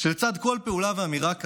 שלצד כל פעולה ואמירה כאן,